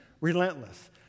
relentless